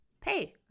pay